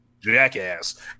jackass